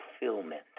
fulfillment